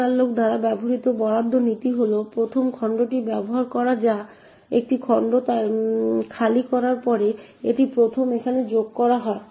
ptmalloc দ্বারা ব্যবহৃত বরাদ্দ নীতি হল প্রথম খণ্ডটি ব্যবহার করা যা একটি খণ্ড খালি করার পরে এটি প্রথম এখানে যোগ করা হয়